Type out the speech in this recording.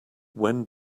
when